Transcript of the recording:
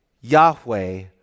Yahweh